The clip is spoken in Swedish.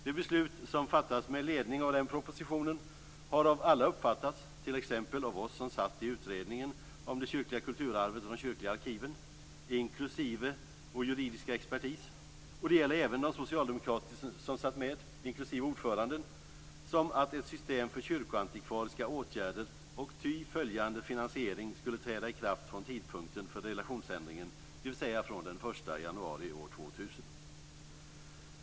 Det beslut som fattades med ledning av den propositionen har av alla uppfattats - t.ex. av oss som satt med i utredningen om det kyrkliga kulturarvet och de kyrkliga arkiven, av vår juridiska expertis och även av de socialdemokrater som satt med inklusive av ordföranden - som att ett system för kyrkoantikvariska åtgärder och ty följande finansiering skulle träda i kraft från tidpunkten för relationsändringen, dvs. från den 1 januari 2000.